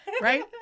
right